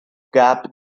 gap